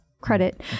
Credit